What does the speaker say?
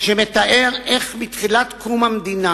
שמתאר איך מתחילת קום המדינה